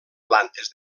plantes